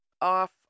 off